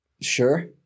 Sure